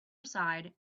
aside